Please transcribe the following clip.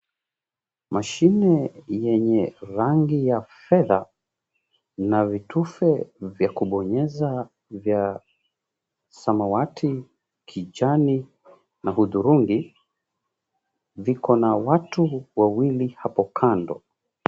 Mashine yenye rangi ya fedha, na vitufe vya kubonyeza vya samawati kijani na hudhurungi, viko na watu wawili hapo kando.